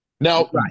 Now